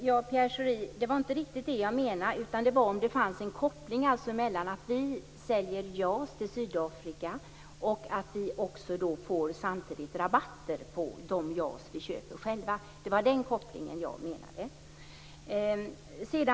Fru talman! Det var inte riktigt det jag menade. Jag frågade om det fanns en koppling mellan att vi säljer JAS till Sydafrika och att vi samtidigt får rabatter på det vi köper själva. Det var den kopplingen jag menade.